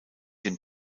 den